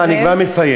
אני כבר מסיים.